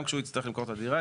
גם כשהוא יצטרך למכור את הדירה,